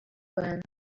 well